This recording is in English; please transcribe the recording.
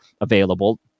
available